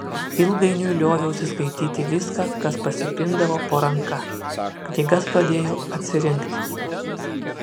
ilgainiui lioviausi skaityti viską kas pasipindavo po ranka knygas pradėjau atsirinkti